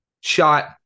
Shot